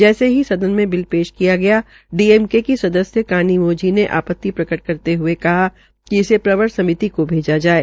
जैसे ही सदन में बिल ऐश किया गया डीएमके के सदस्य कानीमोझी ने आ ति प्रकट करते हये कहा कि इसे प्रवर समिति को भेजा जाये